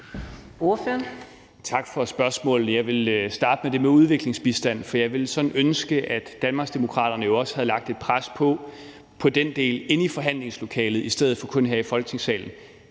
Tak for spørgsmålet. Jeg vil starte med det med udviklingsbistanden, for jeg ville sådan ønske, at Danmarksdemokraterne også havde lagt et pres på i forhold til den del inde i forhandlingslokalet i stedet for kun her i Folketingssalen.